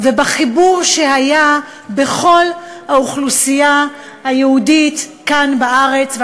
ובחיבור שהיה בכל האוכלוסייה היהודית כאן בארץ,